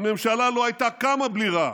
הממשלה לא הייתה קמה בלי רע"מ,